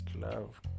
love